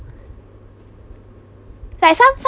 like some